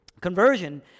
Conversion